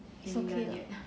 it's okay [what]